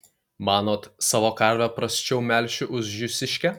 manot savo karvę prasčiau melšiu už jūsiškę